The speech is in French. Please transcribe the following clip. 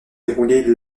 déroulée